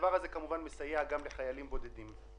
הדבר הזה מסייע גם לחיילים בודדים.